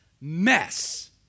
mess